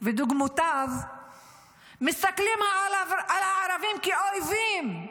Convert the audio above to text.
ודומיו מסתכלים על הערבים כאויבים.